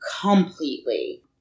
completely